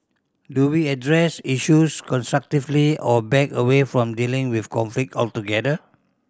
do we address issues constructively or back away from dealing with conflict altogether